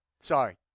Sorry